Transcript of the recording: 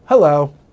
Hello